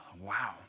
Wow